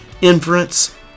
inference